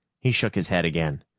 he shook his head again.